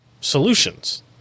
solutions